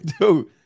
dude